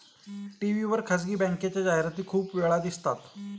TV वर खासगी बँकेच्या जाहिराती खूप वेळा दिसतात